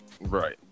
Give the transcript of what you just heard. Right